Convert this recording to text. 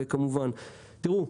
תיראו,